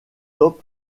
top